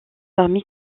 parmi